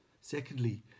Secondly